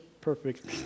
perfect